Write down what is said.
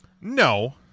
no